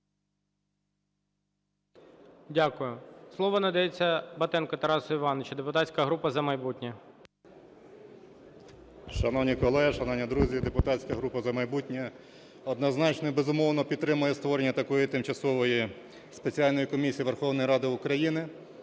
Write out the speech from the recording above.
Дякую. Слово надається Батенку Тарасу Івановичу, депутатська група "За майбутнє". 17:41:23 БАТЕНКО Т.І. Шановні колеги, шановні друзі! Депутатська група "За майбутнє" однозначно і безумовно підтримує створення такої тимчасової спеціальної комісії Верховної Ради України.